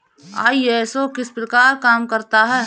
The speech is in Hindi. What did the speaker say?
आई.एस.ओ किस प्रकार काम करता है